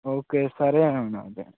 okay సరే అండి అయితే